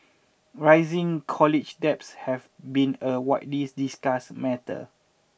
rising college debts have been a widely discussed matter